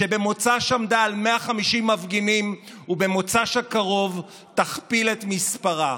שבמוצאי שבת עמדה על 150 מפגינים ובמוצאי שבת הקרוב תכפיל את מספרה.